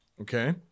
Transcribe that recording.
okay